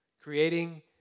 creating